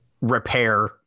repair